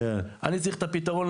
אני צריך את הפתרון,